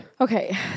Okay